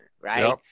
right